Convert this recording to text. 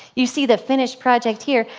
you see the finished project here,